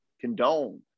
condone